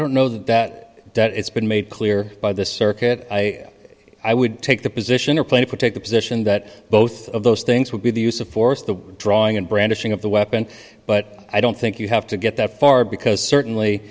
don't know that that it's been made clear by the circuit i i would take the position or play for take the position that both of those things would be the use of force the drawing and brandishing of the weapon but i don't think you have to get that far because certainly